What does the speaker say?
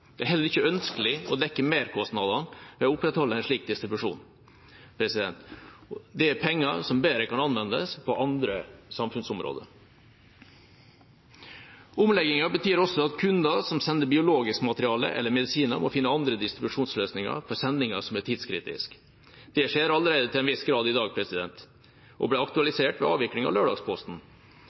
Det er heller ikke ønskelig å dekke merkostnadene ved å opprettholde en slik distribusjon. Det er penger som kan anvendes bedre på andre samfunnsområder. Omleggingen betyr også at kunder som sender biologisk materiale eller medisiner, må finne andre distribusjonsløsninger for sendinger som er tidskritiske. Det skjer allerede til en viss grad i dag og ble aktualisert ved avvikling av lørdagsposten.